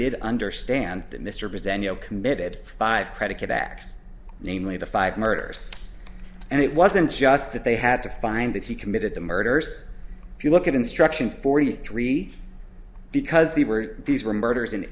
did understand that mr byzantium committed five predicate acts namely the five murders and it wasn't just that they had to find that he committed the murders if you look at instruction forty three because the were these were murders